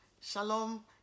Shalom